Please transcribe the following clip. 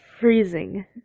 freezing